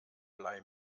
blei